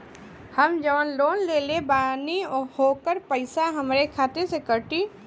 हम जवन लोन लेले बानी होकर पैसा हमरे खाते से कटी?